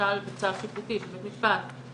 למשל בצו שיפוטי של בית משפט,